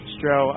Stro